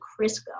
Crisco